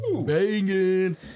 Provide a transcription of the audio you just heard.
banging